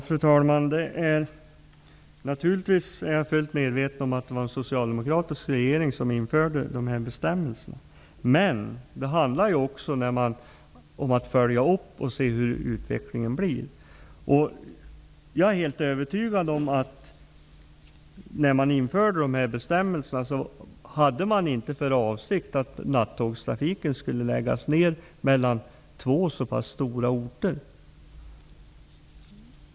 Fru talman! Naturligtvis är jag fullt medveten om att det var en socialdemokratisk regering som införde dessa bestämmelser. Men det handlar också om att man bör följa upp besluten för att se hur utvecklingen blir. När man införde de här bestämmelserna, var det inte i avsikten att nattågstrafiken mellan två så här pass stora orter skulle läggas ned. Det är jag helt övertygad om.